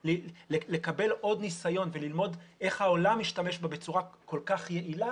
לקבל עוד ניסיון וללמוד איך העולם משתמש בה בצורה כל כך יעילה